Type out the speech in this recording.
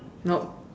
nope